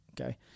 okay